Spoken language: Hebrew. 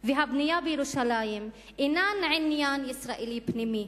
והבנייה בירושלים אינן עניין ישראלי פנימי